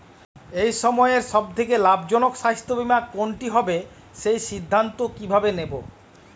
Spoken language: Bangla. এই সময়ের সব থেকে লাভজনক স্বাস্থ্য বীমা কোনটি হবে সেই সিদ্ধান্ত কীভাবে নেব?